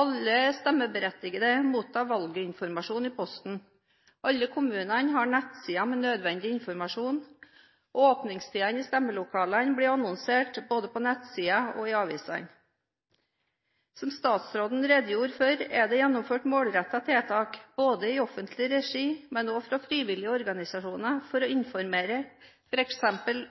Alle stemmeberettigede mottar valginformasjon i posten, alle kommuner har nettsider med nødvendig informasjon, åpningstider i stemmelokalene blir annonsert både via nettsidene og i avisene. Som statsråden redegjorde for, er det gjennomført målrettede tiltak – både i offentlig regi og fra frivillige organisasjoner – for å informere f.eks.